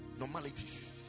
normalities